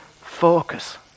focus